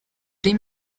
uri